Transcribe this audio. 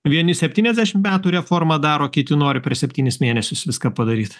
vieni septyniasdešimt metų reformą daro kiti nori per septynis mėnesius viską padaryt